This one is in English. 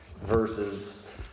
verses